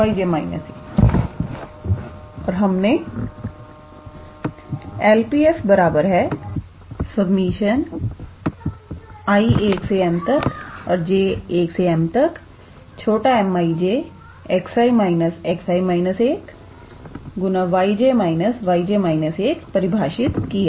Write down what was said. और हमने 𝐿𝑃 𝑓 i1nj1m 𝑚𝑖𝑗𝑥𝑖 − 𝑥𝑖−1𝑦𝑗 − 𝑦𝑗−1 परिभाषित किया